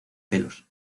pelos